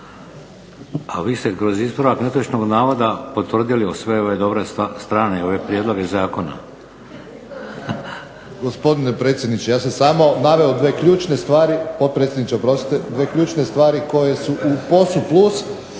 A vi ste kroz ispravak netočnog navoda potvrdili sve ove dobre strane i ove prijedloge zakona.